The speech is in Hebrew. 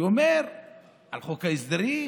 שאומר על חוק ההסדרים,